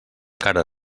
cara